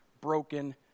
broken